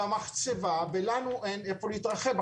ולנו אין איפה להתרחב.